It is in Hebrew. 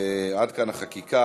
עד כאן חקיקה.